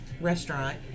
restaurant